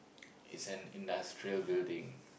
it's an industrial building